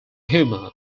humor